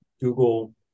Google